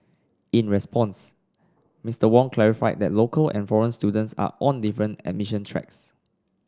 in response Mister Wong clarified that local and foreign students are on different admission tracks